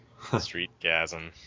Streetgasm